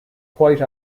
quite